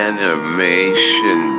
Animation